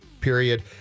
period